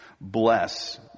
Bless